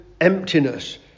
emptiness